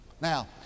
Now